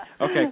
Okay